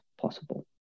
possible